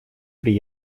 при